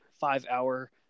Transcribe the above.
five-hour